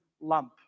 lump